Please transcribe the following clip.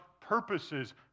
purposes